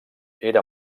era